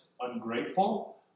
ungrateful